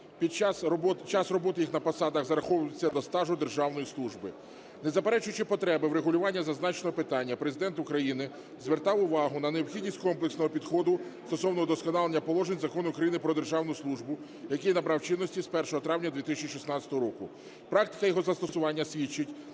час роботи їх на посадах зараховується до стажу державної служби. Не заперечуючи потреби врегулювання зазначеного питання, Президент України звертав увагу на необхідність комплексного підходу стосовно удосконалення положень Закону України "Про державну службу", який набрав чинності з 1 травня 2016 року. Практика його застосування свідчить,